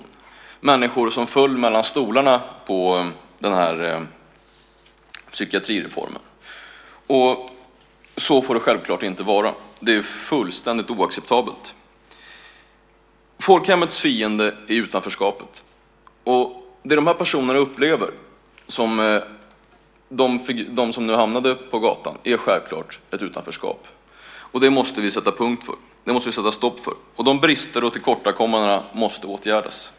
Det är människor som föll mellan stolarna när man genomförde psykiatrireformen. Så får det självklart inte vara. Det är fullständigt oacceptabelt. Folkhemmets fiende är utanförskapet. Det de personer som hamnade på gatan upplever är självklart ett utanförskap. Det måste vi sätta punkt för. Det måste vi sätt stopp för. De bristerna och tillkortakommandena måste åtgärdas.